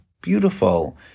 beautiful